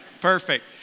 Perfect